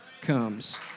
comes